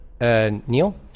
Neil